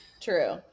true